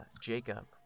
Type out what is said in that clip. Jacob